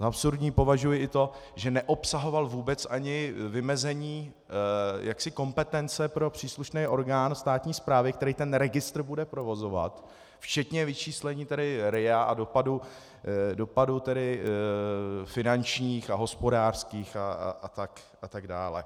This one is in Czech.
Za absurdní považuji i to, že neobsahoval vůbec ani vymezení kompetence pro příslušný orgán státní správy, který ten registr bude provozovat včetně vyčíslení RIA a dopadů tedy finančních, hospodářských a tak dále.